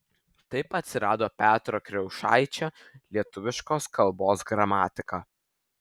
taip atsirado petro kriaušaičio lietuviškos kalbos gramatika